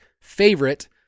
favorite